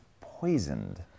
poisoned